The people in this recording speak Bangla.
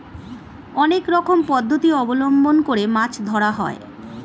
অনেক রকম পদ্ধতি অবলম্বন করে মাছ ধরা হয়